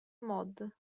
mod